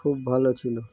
খুব ভালো ছিলো